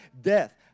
death